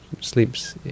sleeps